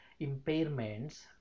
impairments